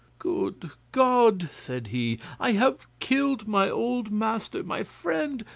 good god! said he, i have killed my old master, my friend,